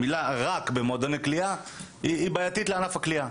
המילה רק במועדוני קליעה היא בעייתית לענף הקליעה.